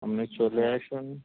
আপনি চলে আসুন